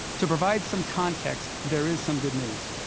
to provide some context, there is some good news.